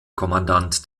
kommandant